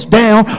down